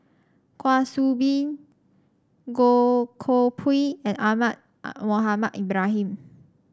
Kwa Soon Bee Goh Koh Pui and Ahmad Mohamed Ibrahim